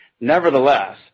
Nevertheless